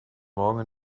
morgen